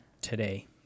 today